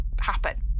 happen